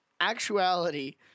actuality